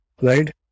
right